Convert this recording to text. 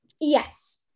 Yes